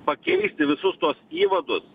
pakeisti visus tuos įvadus